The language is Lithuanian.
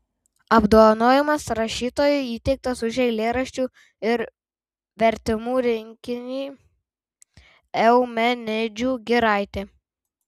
apdovanojimas rašytojui įteiktas už eilėraščių ir vertimų rinkinį eumenidžių giraitė